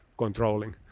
controlling